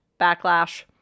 backlash